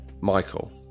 Michael